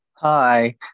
Hi